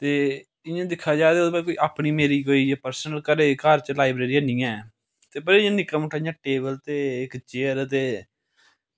ते इंया एह् दिक्खेआ जाये तके एह् मेरी अपनी कोई पर्सनल घरै च घर कोई लाईब्रेरी ऐ नी ऐ ते भई इक्क निक्का मुट्टा इंया टेबल ते चियर